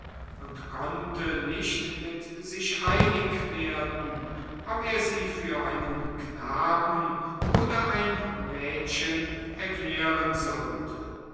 und konnte nicht mit sich einig werden ob er sie für einen knaben oder für ein mädchen erklären sollte